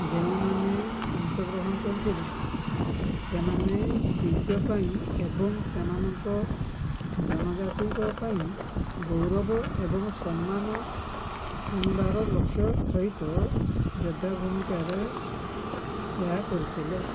ଯେଉଁମାନେ ଅଂଶଗ୍ରହଣ କରିଥିଲେ ସେମାନେ ନିଜ ପାଇଁ ଏବଂ ସେମାନଙ୍କ ଜନଜାତିଙ୍କ ପାଇଁ ଗୌରବ ଏବଂ ସମ୍ମାନ ଆଣିବାର ଲକ୍ଷ୍ୟ ସହିତ ଯୋଦ୍ଧା ଭୂମିକାରେ ଏହା କରିଥିଲେ